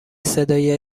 صدای